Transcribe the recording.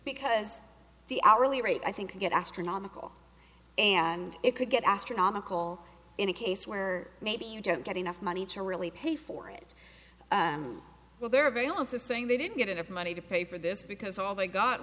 because the hourly rate i think can get astronomical and it could get astronomical in a case where maybe you don't get enough money to really pay for it well they're available saying they didn't get enough money to pay for this because all they got